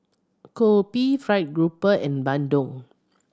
kopi fried grouper and bandung